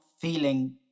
feeling